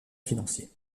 financier